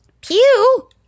Pew